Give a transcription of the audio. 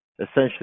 essentially